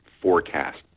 forecast